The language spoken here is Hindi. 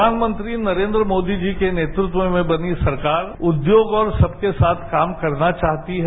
प्रधानमंत्री नरेन्द्र मोदी जी के नेतृत्व में बनी सरकार उद्योग और सबके साथ काम करना चाहती है